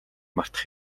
мартах